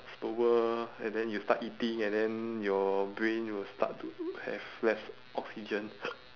slower and then you start eating and then your brain you will start to have less oxygen